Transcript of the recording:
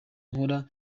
nkora